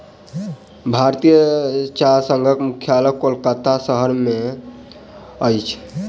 भारतीय चाह संघक मुख्यालय कोलकाता शहर में अछि